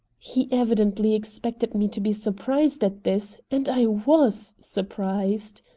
he evidently expected me to be surprised at this, and i was surprised.